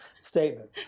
statement